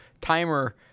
timer